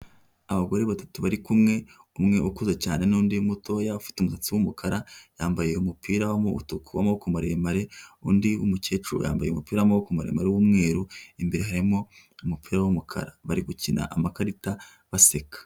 Abagore batatu bari kumwe umwe ukuze cyane n'undi mutoya ufite umu w'umukara yambaye umupira w'umutuku w'amaboko maremare, undi mukecuru yambaye umupira w'amaboko ku maremare w'umweru imbere harimo umupira w'umukara bari gukina amakarita baseka.